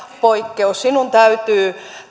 poikkeus sinun täytyy